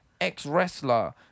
Ex-wrestler